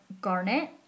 garnet